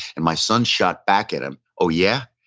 and my son shot back at him, oh yeah?